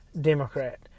Democrat